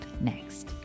next